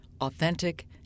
authentic